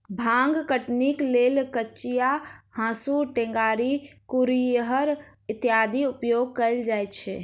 भांग कटनीक लेल कचिया, हाँसू, टेंगारी, कुरिहर इत्यादिक उपयोग कयल जाइत छै